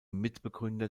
mitbegründer